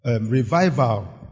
revival